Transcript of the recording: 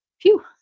Phew